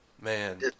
Man